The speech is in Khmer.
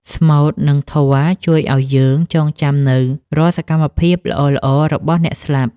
ស្មូត និងធម៌ជួយឱ្យយើងចងចាំនូវរាល់សកម្មភាពល្អៗរបស់អ្នកស្លាប់។